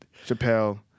Chappelle